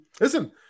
Listen